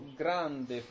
grande